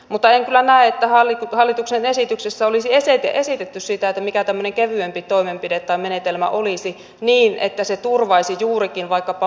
mutta en kyllä näe että hallituksen esityksessä olisi esitetty sitä mikä tämmöinen kevyempi toimenpide tai menetelmä olisi niin että se turvaisi juurikin vaikkapa maanomistajan oikeusturvan